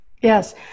Yes